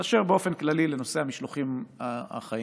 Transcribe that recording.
באופן כללי, באשר לנושא המשלוחים החיים,